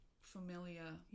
familiar